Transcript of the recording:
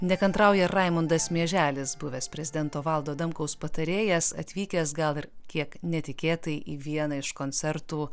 nekantrauja raimundas mieželis buvęs prezidento valdo adamkaus patarėjas atvykęs gal ir kiek netikėtai į vieną iš koncertų